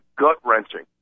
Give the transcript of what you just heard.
gut-wrenching